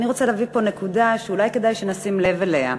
אני רוצה להביא פה נקודה שאולי כדאי שנשים לב אליה,